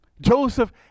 Joseph